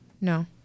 No